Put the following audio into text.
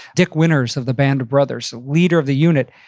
dick winters of the band of brothers, leader of the unit,